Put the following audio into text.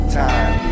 time